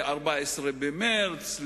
לקואליציה של 14 במרס.